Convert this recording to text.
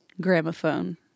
gramophone